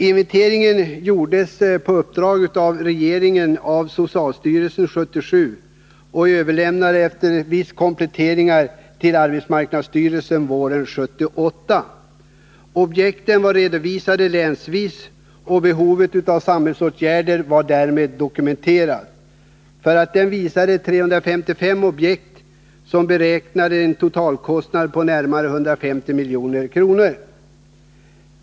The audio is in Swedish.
Inventeringen gjordes av socialstyrelsen 1977 på uppdrag av regeringen och överlämnades, efter vissa kompletteringar, till arbetsmarknadsstyrelsen våren 1978. Objekten var redovisade länsvis, och behovet av samhällsåtgärder var därmed dokumenterat. För 355 objekt beräknades totalkostnaden till närmare 150 milj.kr.